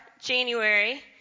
January